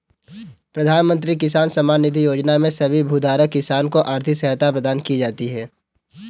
प्रधानमंत्री किसान सम्मान निधि योजना में सभी भूधारक किसान को आर्थिक सहायता प्रदान की जाती है